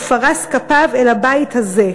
ופרש כפיו אל הבית הזה".